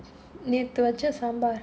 நேத்து வச்ச சாம்பார்:naethu vacha saambaar